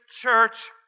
church